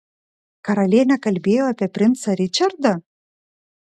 karalienė kalbėjo apie princą ričardą